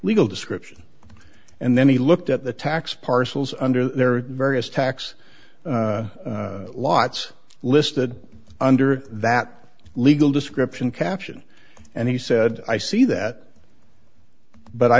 legal description and then he looked at the tax parcels under their various tax lots listed under that legal description caption and he said i see that but i